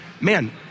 Man